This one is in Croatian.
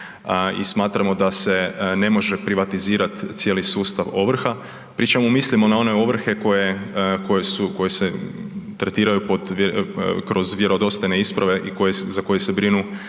i smatramo da se ne može privatizirat cijeli sustav ovrha. Pričamo i mislimo na one ovrhe koje, koje su, koje se tretiraju pod, kroz vjerodostojne isprave i koje, za koje se brinu